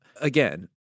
again